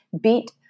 beat